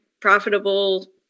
profitable